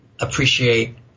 appreciate